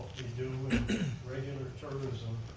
do with regular tourism